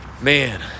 Man